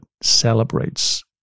celebrates